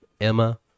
Emma